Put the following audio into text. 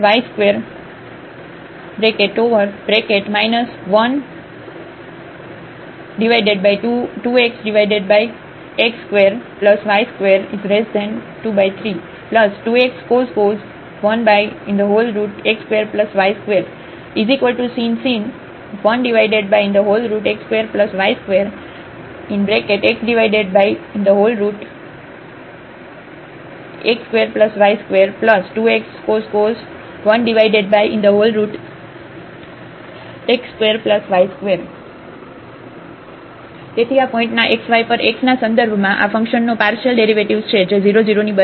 Atxy≠00 fxxy x2y2sin 1x2y2 122xx2y2322xcos 1x2y2 sin 1x2y2 xx2y22xcos 1x2y2 તેથી આ પોઇન્ટના xyપર x ના સંદર્ભમાં આ ફંક્શનનો પાર્શિયલ ડેરિવેટિવ્ઝ છે જે 0 0 ની બરાબર નથી